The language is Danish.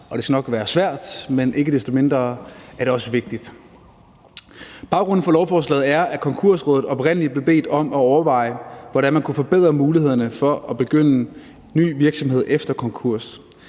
det skal nok være svært, men ikke desto mindre er det også vigtigt. Baggrunden for lovforslaget er, at Konkursrådet oprindelig blev bedt om at overveje, hvordan man kunne forbedre mulighederne for at begynde ny virksomhed efter konkurs.